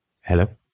Hello